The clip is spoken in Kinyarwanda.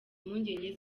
impungenge